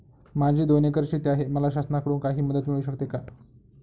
माझी दोन एकर शेती आहे, मला शासनाकडून काही मदत मिळू शकते का?